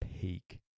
peak